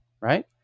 Right